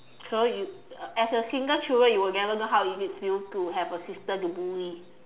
so you as a single children you will never know how is it feel to have a sister to bully